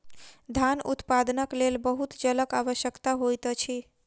धान उत्पादनक लेल बहुत जलक आवश्यकता होइत अछि